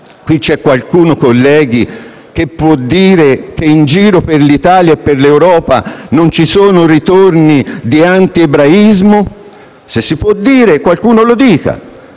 qui c'è qualcuno, colleghi, che può dire che in giro per l'Italia e l'Europa non ci sono ritorni di antiebraismo? Se si può dire, qualcuno lo dica.